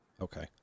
Okay